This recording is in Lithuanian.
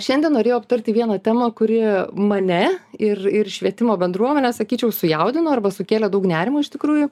šiandien norėjau aptarti vieną temą kuri mane ir ir švietimo bendruomenę sakyčiau sujaudino arba sukėlė daug nerimo iš tikrųjų